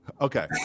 Okay